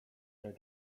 their